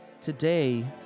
Today